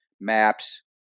maps